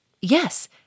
Yes